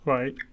Right